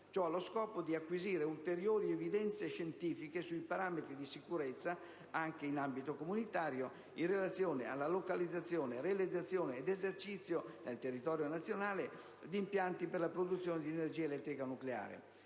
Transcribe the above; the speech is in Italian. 1. Allo scopo di acquisire ulteriori evidenze scientifiche sui parametri di sicurezza, anche in ambito comunitario, in relazione alla localizzazione, realizzazione ed esercizio nel territorio nazionale di impianti di produzione di energia elettrica nucleare,